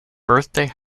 birthday